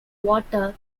water